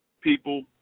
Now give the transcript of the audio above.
people